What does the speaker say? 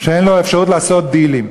שאין לו אפשרות לעשות דילים.